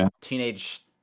teenage